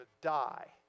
die